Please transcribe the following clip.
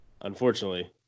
unfortunately